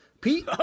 Pete